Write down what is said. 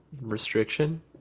restriction